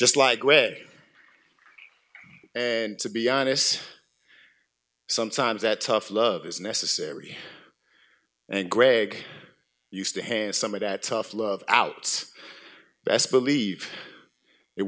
just like and to be honest sometimes that tough love is necessary and greg used to have some of that tough love out best believe it